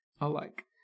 Alike